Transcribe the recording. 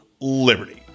Liberty